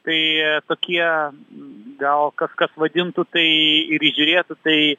tai tokie gal kažkas vadintų tai ir įžiūrėtų tai